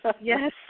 yes